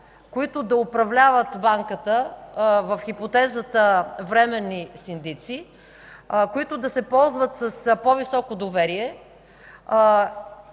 които да управляват Банката в хипотезата временни синдици, които да се ползват с по-високо доверие,